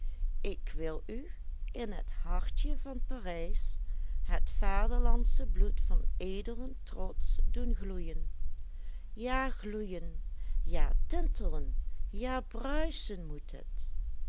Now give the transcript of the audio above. ik wil u in het hartje van parijs het vaderlandsche bloed van edelen trots doen gloeien ja gloeien ja tintelen ja bruisen moet het